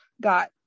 got